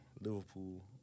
Liverpool